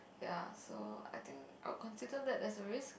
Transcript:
ya so I think I would consider that as a risk